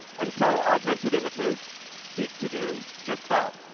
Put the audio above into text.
and so augmented images seek to do just that.